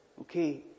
Okay